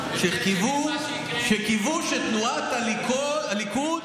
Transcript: שקיוו שתנועת הליכוד,